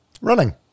Running